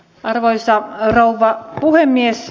arvoisa rouva puhemies